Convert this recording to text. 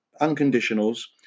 Unconditionals